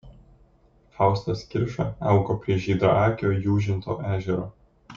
faustas kirša augo prie žydraakio jūžinto ežero